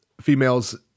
females